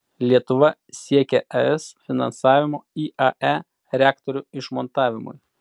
lietuva siekia es finansavimo iae reaktorių išmontavimui